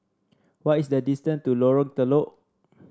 what is the distance to Lorong Telok